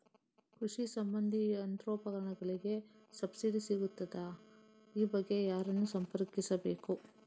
ಕೃಷಿ ಸಂಬಂಧಿ ಯಂತ್ರೋಪಕರಣಗಳಿಗೆ ಸಬ್ಸಿಡಿ ಸಿಗುತ್ತದಾ? ಈ ಬಗ್ಗೆ ಯಾರನ್ನು ಸಂಪರ್ಕಿಸಬೇಕು?